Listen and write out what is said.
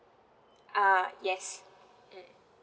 ah yes mm